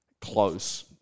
close